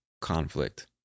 conflict